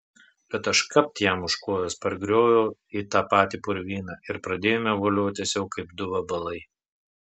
bet aš kapt jam už kojos pargrioviau į tą patį purvyną ir pradėjome voliotis jau kaip du vabalai